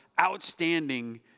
outstanding